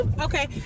Okay